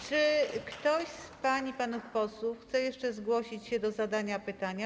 Czy ktoś z pań i panów posłów chce jeszcze zgłosić się do zadania pytania?